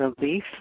relief